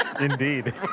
Indeed